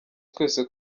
twese